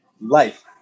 life